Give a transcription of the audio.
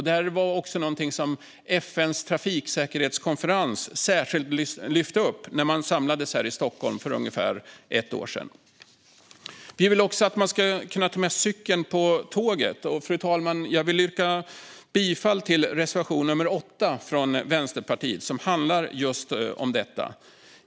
Det var något som också FN:s trafiksäkerhetskonferens särskilt lyfte upp när man samlades i Stockholm för ungefär ett år sedan. Vi vill också att det ska vara möjligt att ta med cykeln på tåget. Jag vill därför, fru talman, yrka bifall till reservation nummer 8 från Vänsterpartiet, som handlar om just detta.